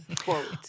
quote